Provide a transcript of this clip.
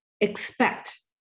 expect